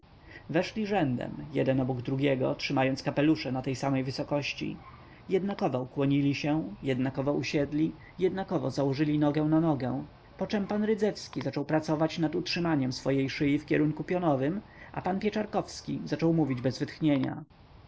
weszli rzędem jeden obok drugiego trzymając kapelusze na tej samej wysokości jednakowo ukłonili się jednakowo usiedli jednakowo założyli nogę na nogę poczem pan rydzewski zaczął pracować nad utrzymaniem swojej szyi w kierunku pionowym a pan pieczarkowski zaczął mówić bez wytchnienia